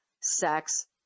sex